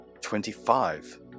Twenty-five